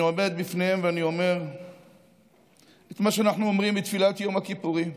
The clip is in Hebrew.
אני עומד בפניהם ואני אומר את מה שאנחנו אומרים בתפילת יום הכיפורים: